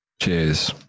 Cheers